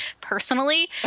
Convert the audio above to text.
personally